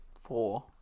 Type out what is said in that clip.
four